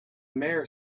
mare